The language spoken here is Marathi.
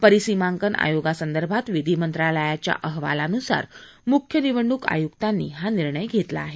परिसीमांकन आयोगासंदर्भात विधी मंत्रालयाच्या आवाहनानुसार मुख्य निवडणूक आयुक्तांनी हा निर्णय घेतला आहे